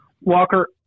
Walker